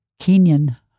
Kenyan